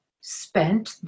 spent